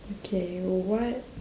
okay what